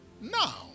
now